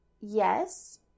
Yes